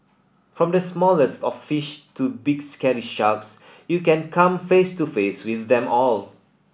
from the smallest of fish to big scary sharks you can come face to face with them all